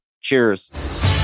Cheers